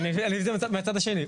זה מהצד השני.